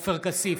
עופר כסיף,